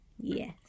yes